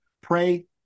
pray